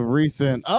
recent